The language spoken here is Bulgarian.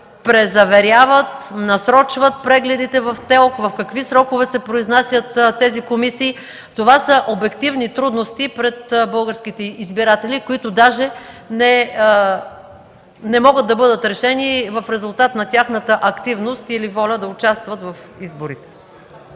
презаверяват и насрочват прегледите в ТЕЛК, в какви срокове се произнасят тези комисии. Това са обективни трудности пред българските избиратели, които даже не могат да бъдат решени в резултат на тяхната активност или воля да участват в изборите.